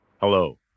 Hello